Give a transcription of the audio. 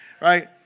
right